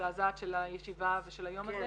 המזעזעת של הישיבה ושל היום הזה.